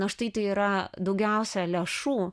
na štai tai yra daugiausia lėšų